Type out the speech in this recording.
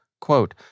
Quote